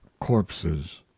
corpses